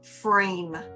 frame